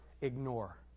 Ignore